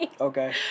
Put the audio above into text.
Okay